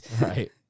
Right